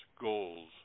goals